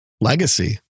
legacy